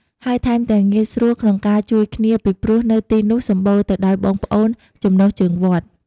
ហើយថែមទាំងងាយស្រួលក្នុងការជួយគ្នាពីព្រោះនៅទីនុះសម្បុរទៅដោយបងប្អូនចំណុះជើងវត្ត។